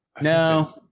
no